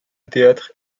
théâtre